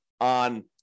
on